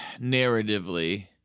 Narratively